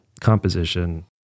composition